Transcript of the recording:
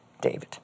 David